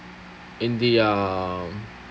in the um